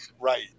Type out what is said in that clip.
right